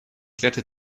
glätte